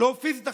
לא פיזית עכשיו,